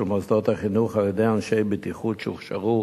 מוסדות החינוך על-ידי אנשי בטיחות שהוכשרו